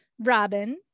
Robin